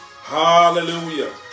Hallelujah